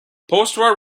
postwar